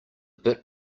bit